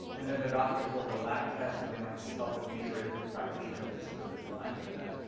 and then their doctors order the lab tests, or they might consult with me or a different practitioner that sort of is aligned with that.